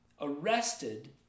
arrested